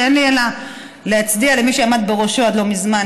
ואין לי אלא להצדיע למי שעמד בראשו עד לא מזמן,